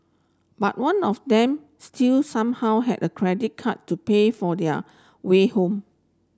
but one of them still somehow had a credit card to pay for their way home